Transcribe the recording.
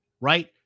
right